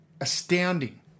astounding